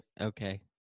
okay